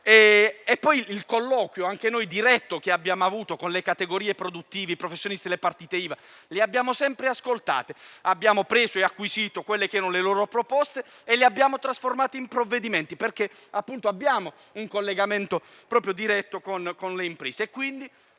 un colloquio diretto con le categorie produttive, con i professionisti, con le partite IVA. Li abbiamo sempre ascoltati; abbiamo preso e acquisito le loro proposte e le abbiamo trasformate in provvedimenti, perché abbiamo un collegamento diretto con le imprese.